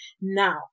Now